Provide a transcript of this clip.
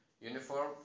uniform